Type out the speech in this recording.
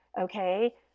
okay